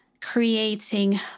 creating